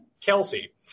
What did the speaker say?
Kelsey